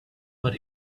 but